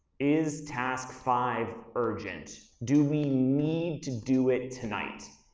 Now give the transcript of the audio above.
is task five urgent? do we need to do it tonight?